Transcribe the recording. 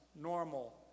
normal